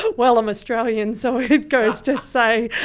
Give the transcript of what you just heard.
ah well, i'm australian, so it goes to say,